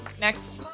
Next